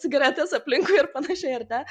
cigaretės aplinkui ir panašiai ar ne